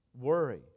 Worry